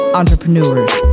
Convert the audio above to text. entrepreneurs